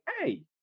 Hey